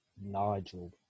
Nigel